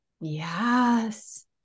Yes